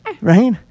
Right